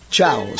Ciao